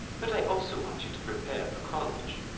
but i also want you to prepare for college.